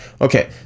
Okay